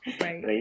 Right